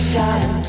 time